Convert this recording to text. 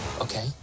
Okay